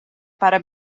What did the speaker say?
para